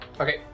Okay